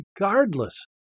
regardless